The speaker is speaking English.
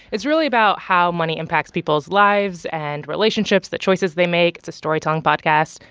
it's really about how money impacts people's lives and relationships, the choices they make. it's a storytelling podcast.